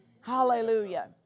Hallelujah